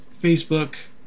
facebook